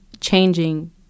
changing